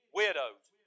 widows